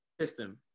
system